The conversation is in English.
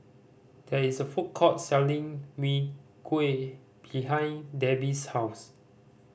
there is a food court selling Mee Kuah behind Debby's house